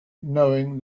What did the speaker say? knowing